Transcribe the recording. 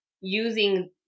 using